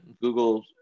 Google